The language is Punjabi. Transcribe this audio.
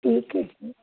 ਠੀਕ ਐ ਜੀ